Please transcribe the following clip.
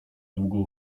długą